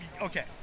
okay